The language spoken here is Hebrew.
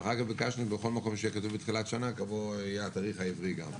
ואחר כך ביקשנו בכל מקום שכתוב 'תחילת שנה' שיבוא התאריך העברי גם.